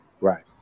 Right